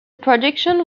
production